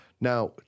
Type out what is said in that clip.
Now